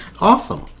Awesome